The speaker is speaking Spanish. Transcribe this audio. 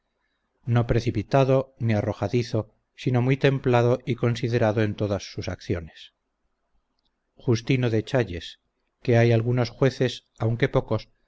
no precipitado ni arrojadizo sino muy templado y considerado en todas sus acciones justino de chayes que hay algunos jueces aunque pocos